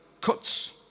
cuts